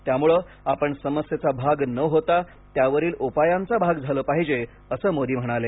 त्यामुळे आपण समस्येचा भाग न होता त्यावरील उपायांचा भाग झालं पाहिजेअसं मोदी म्हणाले